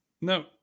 No